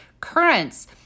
currents